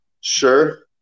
sure